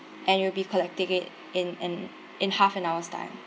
and you'll be collecting it in an in half an hour's time